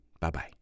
Bye-bye